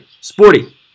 Sporty